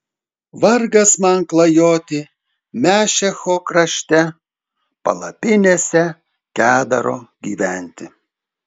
vargas man klajoti mešecho krašte palapinėse kedaro gyventi